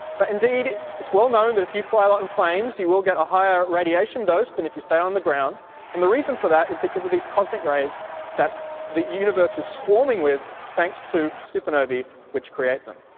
but indeed it's well known that if you fly a lot in planes you will get a higher radiation dose than if you stay on the ground and the reason for that is because of these cosmic rays that the universe is swarming with thanks to the supernovae that create them.